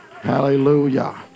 Hallelujah